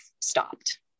stopped